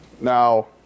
Now